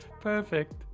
Perfect